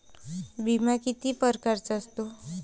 बिमा किती परकारचा असतो?